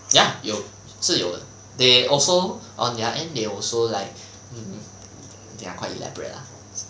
ya 有是有的 they also on their end they also like mmhmm they are quite elaborate lah